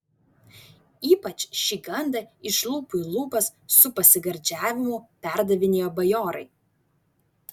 ypač šį gandą iš lūpų į lūpas su pasigardžiavimu perdavinėjo bajorai